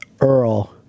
Earl